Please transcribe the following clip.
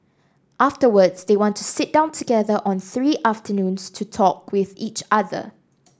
afterwards they want to sit down together on three afternoons to talk with each other